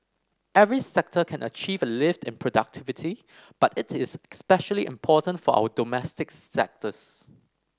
every sector can achieve a lift in productivity but it is especially important for our domestic sectors